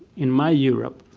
in my europe,